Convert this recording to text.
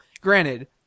Granted